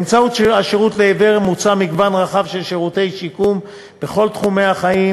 באמצעות השירות לעיוור מוצע מגוון רחב של שירותי שיקום בכל תחומי החיים: